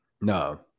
no